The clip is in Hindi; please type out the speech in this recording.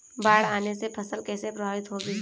बाढ़ आने से फसल कैसे प्रभावित होगी?